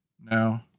No